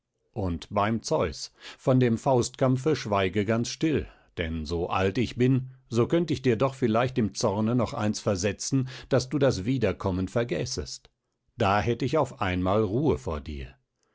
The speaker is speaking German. und beim zeus von dem faustkampfe schweige ganz still denn so alt ich bin so könnt ich dir doch vielleicht im zorne noch eins versetzen daß du das wiederkommen vergäßest da hätt ich auf einmal ruhe vor dir